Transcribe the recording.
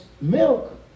milk